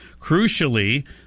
Crucially